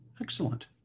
excellent